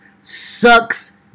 sucks